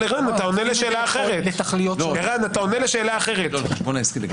ערן, אתה עונה לשאלה אחרת לגבי החשבון עסקי.